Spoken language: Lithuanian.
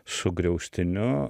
su griaustiniu